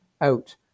out